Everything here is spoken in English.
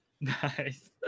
Nice